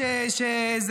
איזה לוי?